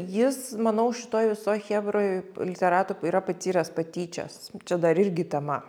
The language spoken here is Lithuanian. jis manau šitoj visoje chebroj literatų yra patyręs patyčias čia dar irgi tema